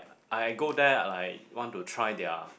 I go there I like want to try their